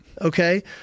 Okay